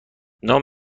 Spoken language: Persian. نام